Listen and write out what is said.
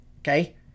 okay